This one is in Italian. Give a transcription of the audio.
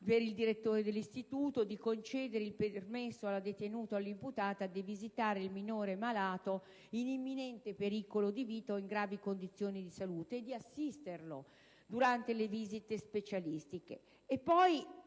per il direttore dell'istituto di concedere il permesso alla detenuta o all'imputata di visitare il minore malato in imminente pericolo di vita o in gravi condizioni di salute e di assisterlo durante le visite specialistiche.